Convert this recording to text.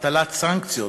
הטלת סנקציות